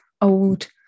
old